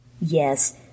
Yes